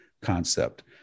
concept